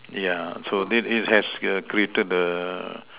yeah so did it has err created a